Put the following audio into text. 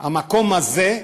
המקום הזה,